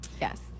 Yes